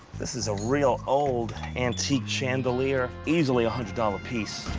this is a real, old antique chandelier easily a hundred-dollar piece.